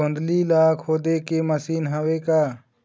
गोंदली ला खोदे के मशीन हावे का?